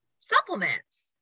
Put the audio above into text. supplements